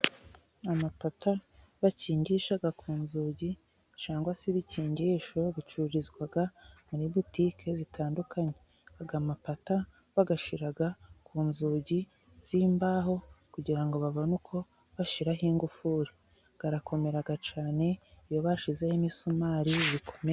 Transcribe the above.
Amapata bakingisha ku nzugi cyangwa se ibikingisho, bicururizwa muri butike zitandukanye. Aya mapata bayashyira ku nzugi z'imbaho kugira ngo babone uko bashyiraho ingufuru. Arakomera cyane iyo bashyizeho imisumari iba ikomeye.